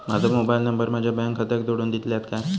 माजो mobile number माझ्या bank खात्याक जोडून दितल्यात काय?